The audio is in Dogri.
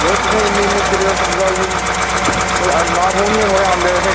जरो तुसें ई इन्नी इन्नी चिर दा सद्दे दा कोई नांऽ थौह् निं ऐ थुआढ़े औन दा इत्थै